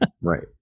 right